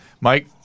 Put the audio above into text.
mike